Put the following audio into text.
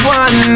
one